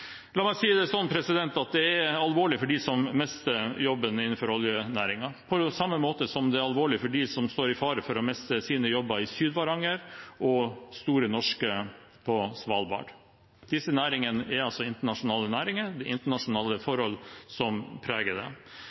La meg si det sånn: Det er alvorlig for dem som mister jobben innenfor oljenæringen, på samme måte som det er alvorlig for dem som står i fare for å miste jobben i Sydvaranger og Store Norske på Svalbard. Disse næringene er internasjonale næringer, det er internasjonale forhold som preger